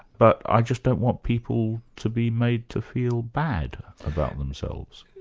but i just don't want people to be made to feel bad about themselves.